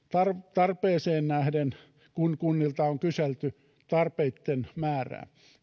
tarpeeseen nähden kun kunnilta on kyselty tarpeitten määrää